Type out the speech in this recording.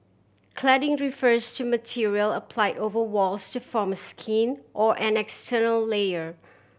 cladding refers to material applied over walls to form skin or an external layer